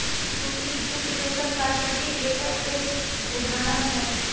सूती, जूट, रेशम प्राकृतिक रेशा के उदाहरण हय